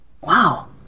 Wow